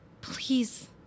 please